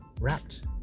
wrapped